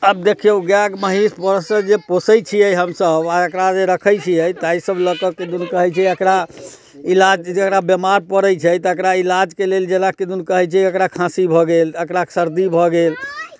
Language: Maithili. आब देखियौ गाय महीँस पशु जे पोसै छियै हमसभ आ एकरा जे रखै छियै ताहिसभ लऽ कऽ किदन कहै छै एकरा इलाज जकरा बिमार पड़ै छै तकरा इलाजके लेल जकरा किदन कहै छै एकरा खाँसी भऽ गेल एकरा सर्दी भऽ गेल